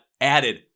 added